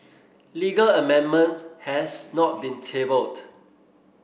legal amendment has not been tabled